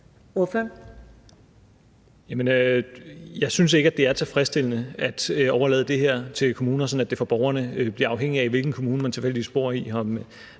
Jeg synes ikke, det er tilfredsstillende at overlade det her til kommunerne, sådan at det for borgerne bliver afhængigt af, hvilken kommune man tilfældigvis bor i;